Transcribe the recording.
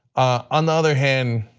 on the other hand,